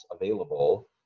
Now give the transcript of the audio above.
available